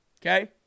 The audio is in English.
Okay